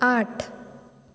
आठ